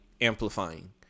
amplifying